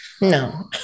No